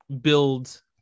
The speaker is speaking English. build